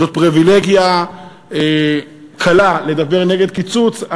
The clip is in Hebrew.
זו פריבילגיה קלה לדבר נגד קיצוץ,